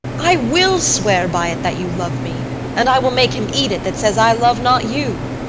i will swear by it that you love me and i will make him eat it that says i love not you.